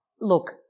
look-